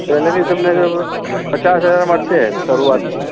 salary તમને લગભગ પચાસ હજાર મળશે શરૂઆતમાં